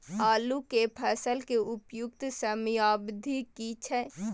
आलू के फसल के उपयुक्त समयावधि की छै?